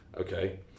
okay